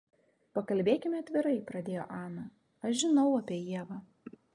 pakalbėkime atvirai pradėjo ana aš žinau apie ievą